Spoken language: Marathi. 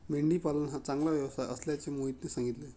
मेंढी पालन हा चांगला व्यवसाय असल्याचे मोहितने सांगितले